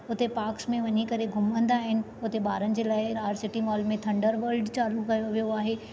हुते पाक्स में वञी करे घुमंदा आहिनि हुते ॿारनि जे लाइ आर सिटी मॉल में थंडर वल्ड चालू कयो वियो आहे